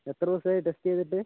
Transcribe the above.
എത്ര ദിവസമായി ടെസ്റ്റ് ചെയ്തിട്ട്